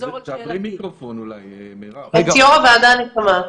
אכבה את המיקרופון והיא תצטרף.